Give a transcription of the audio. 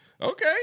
okay